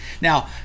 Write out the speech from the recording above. now